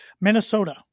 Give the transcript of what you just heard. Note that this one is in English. Minnesota